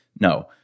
No